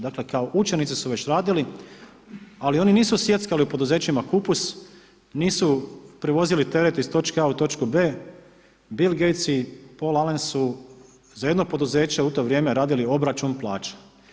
Dakle, kao učenici su već radili, ali oni nisu sjeckali u poduzećima kupus, nisu prevozili teret iz točke A u točku B, Bill Gates i Poll Alen su za jedno poduzeće u to vrijeme, radili obračun plaća.